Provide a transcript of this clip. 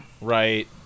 Right